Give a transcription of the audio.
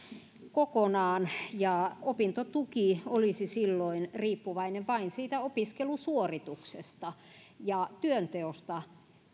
kokonaan ja opintotuki olisi silloin riippuvainen vain siitä opiskelusuorituksesta ja työnteosta